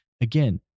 again